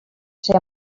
ser